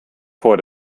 vor